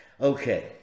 Okay